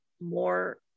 more